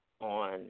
on